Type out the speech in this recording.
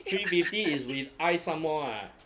three fifty is with ice somemore ah